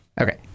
Okay